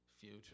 Future